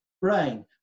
brain